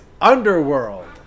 Underworld